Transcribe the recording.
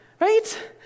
Right